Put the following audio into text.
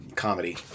comedy